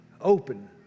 open